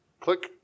Click